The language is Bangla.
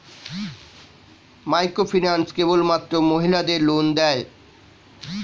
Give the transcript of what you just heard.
মাইক্রোফিন্যান্স কেবলমাত্র মহিলাদের লোন দেয়?